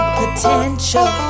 potential